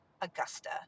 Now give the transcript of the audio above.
Augusta